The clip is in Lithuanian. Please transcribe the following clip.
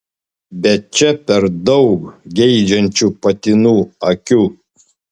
bet čia per daug geidžiančių patinų akių